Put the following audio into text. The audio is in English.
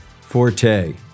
Forte